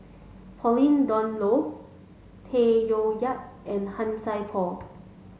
Pauline Dawn Loh Tay Koh Yat and Han Sai Por